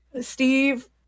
Steve